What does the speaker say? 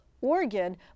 Oregon